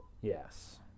Yes